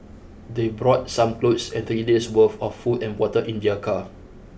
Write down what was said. they brought some clothes and three days' worth of food and water in their car